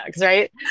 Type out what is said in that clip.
right